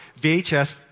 VHS